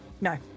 No